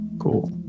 cool